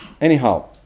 Anyhow